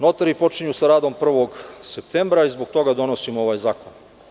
Notari počinju sa radom 1. septembra i zbog toga donosimo ovaj zakon.